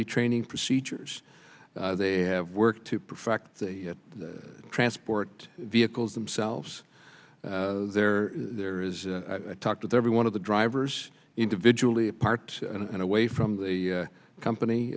retraining procedures they have work to perfect the transport vehicles themselves there there is talk with every one of the drivers individually apart and away from the company